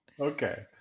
Okay